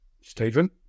Stephen